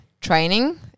training